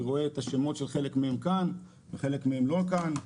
אני רואה את השמות של חלק מהם כאן וחלק מהם לא כאן.